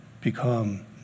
become